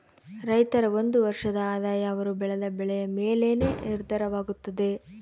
ರೈತರ ಒಂದು ವರ್ಷದ ಆದಾಯ ಅವರು ಬೆಳೆದ ಬೆಳೆಯ ಮೇಲೆನೇ ನಿರ್ಧಾರವಾಗುತ್ತದೆ